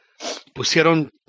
pusieron